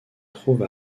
trouve